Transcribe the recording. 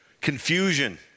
Confusion